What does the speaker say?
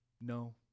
No